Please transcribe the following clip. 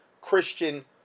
Christian